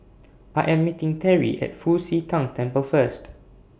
I Am meeting Teri At Fu Xi Tang Temple First